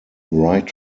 right